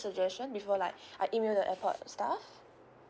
suggestion before like I email the airport staff